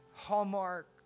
Hallmark